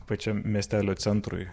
pačiam miestelio centrui